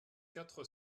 quatre